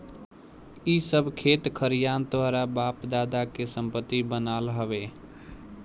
इ सब खेत खरिहान तोहरा बाप दादा के संपत्ति बनाल हवे